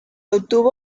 obtuvo